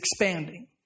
expanding